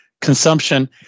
consumption